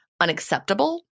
unacceptable